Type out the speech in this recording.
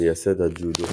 מייסד הג'ודו,